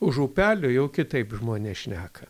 už upelio jau kitaip žmonės šneka